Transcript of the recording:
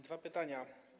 Dwa pytania.